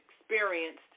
experienced